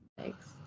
Thanks